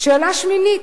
שאלה שמינית: